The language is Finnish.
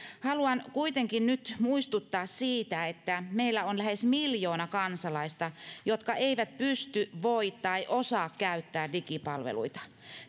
haluan kuitenkin nyt muistuttaa siitä että meillä on lähes miljoona kansalaista jotka eivät pysty voi tai osaa käyttää digipalveluita